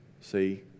See